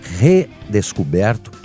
redescoberto